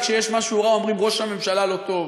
וכשיש משהו רע אומרים: ראש הממשלה לא טוב,